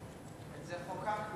את זה חוקקנו,